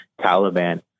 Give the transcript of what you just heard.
Taliban